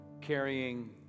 carrying